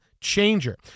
changer